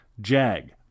Jag